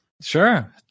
Sure